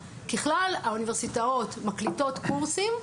ככלל, האוניברסיטאות מקליטות קורסים,